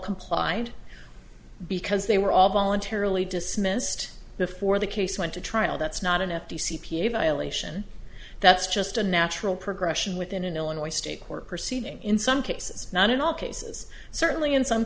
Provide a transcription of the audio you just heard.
complied because they were all voluntarily dismissed before the case went to trial that's not an f d c p a violation that's just a natural progression within an illinois state court proceeding in some cases not in all cases certainly in some